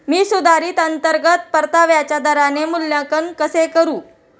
मी सुधारित अंतर्गत परताव्याच्या दराचे मूल्यांकन कसे करू?